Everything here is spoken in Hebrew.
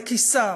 לכיסם,